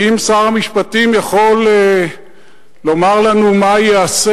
האם שר המשפטים יכול לומר לנו מה ייעשה